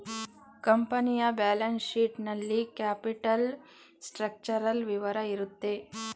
ಕಂಪನಿಯ balance sheet ನಲ್ಲಿ capital structural ವಿವರ ಇರುತ್ತೆ